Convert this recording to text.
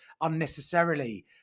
unnecessarily